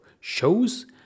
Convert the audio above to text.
shows